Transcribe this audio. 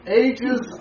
ages